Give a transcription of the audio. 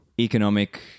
economic